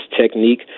technique